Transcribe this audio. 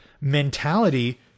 mentality